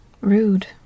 rude